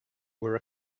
were